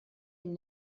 den